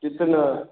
कितना